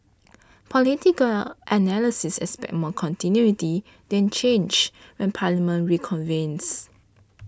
political analysts expect more continuity than change when Parliament reconvenes